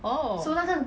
oh